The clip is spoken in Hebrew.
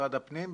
במשרד הפנים,